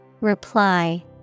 Reply